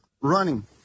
running